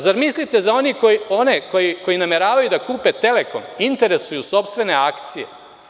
Zar mislite da oni koji nameravaju da kupe „Telekom“ interesuju sopstvene akcije?